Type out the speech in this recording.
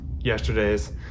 yesterday's